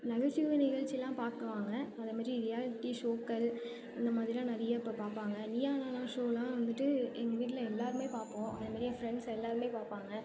நகைச்சுவை நிகழ்ச்சிலாம் பார்க்குவாங்க அதை மாரி ரியாலிட்டி ஷோக்கள் அந்த மாதிரிலாம் நிறைய இப்போ பார்ப்பாங்க நீயா நானா ஷோலாம் வந்துட்டு எங்கள் வீட்டில எல்லாருமே பார்ப்போம் அதை மாரி என் ஃப்ரெண்ட்ஸ் எல்லாருமே பார்ப்பாங்க